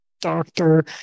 doctor